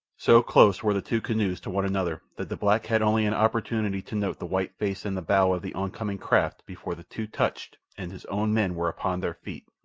so close were the two canoes to one another that the black had only an opportunity to note the white face in the bow of the oncoming craft before the two touched and his own men were upon their feet,